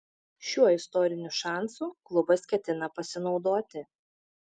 šiuo istoriniu šansu klubas ketina pasinaudoti